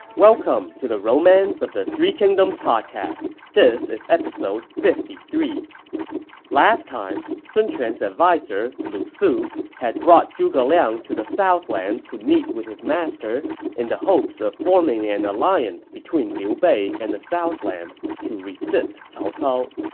welcome to the romance of the three kingdoms podcast. this is episode fifty three point last time, sun quan's adviser lu su had brought zhuge liang to the southlands to meet with his master in hopes of forming an alliance between liu bei and the southlands to resist cao cao.